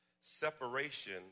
Separation